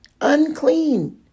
Unclean